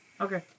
Okay